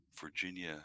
Virginia